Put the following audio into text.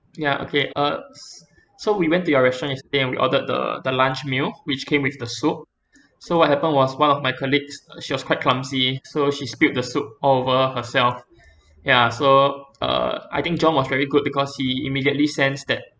ya okay uh s~ so we went to your restaurant yesterday and we ordered the the lunch meal which came with the soup so what happened was one of my colleagues she was quite clumsy so she spilled the soup all over herself ya so uh I think john was very good because he immediately sensed that